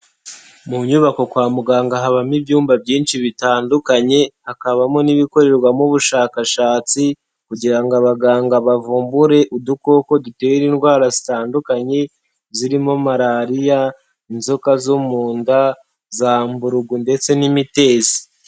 Mu nyubako kwa muganga habamo ibyumba byinshi bitandukanye, hakabamo n'ibikorerwamo ubushakashatsi kugira ngo abaganga bavumbure udukoko dutera indwara zitandukanye zirimo malariya, inzoka zo mu nda, za mburugu ndetse n'imitezi.